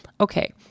Okay